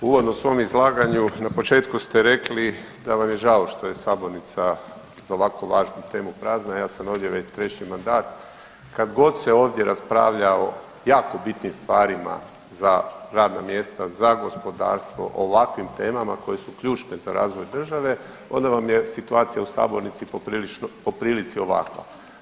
Uvodno u svom izlaganju na početku ste rekli da vam je žao što je sabornica za ovako važnu temu prazna, ja sam ovdje već treći mandat, kad god se ovdje raspravlja o jako bitnim stvarima za radna mjesta, za gospodarstvo, ovakvim temama koje su ključne za razvoj države, onda vam je situacija u sabornici po prilici ovakva.